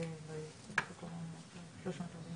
בוקר טוב לכולם, אני מתכבדת לפתוח את ישיבת